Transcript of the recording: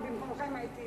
אני במקומכם הייתי